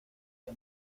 que